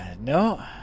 no